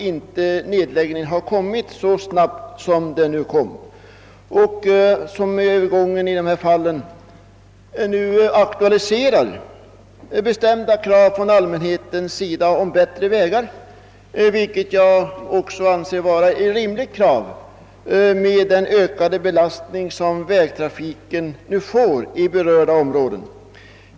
Övergången i de ifrågavarande fallen aktualiserar bestämda krav från allmänhetens sida på bättre vägar, vilket enligt min mening är rimligt med hänsyn till den ökade belastning som vägtrafiken medför i de berörda områdena.